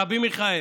רבי מיכאל,